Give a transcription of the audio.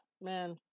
Man